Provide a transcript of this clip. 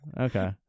okay